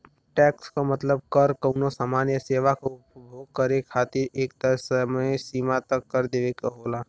tax क मतलब कर कउनो सामान या सेवा क उपभोग करे खातिर एक तय सीमा तक कर देवे क होला